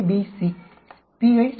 A B C